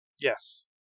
Yes